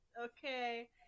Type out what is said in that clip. Okay